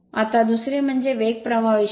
आता दुसरे म्हणजे वेग प्रवाह वैशिष्ट्य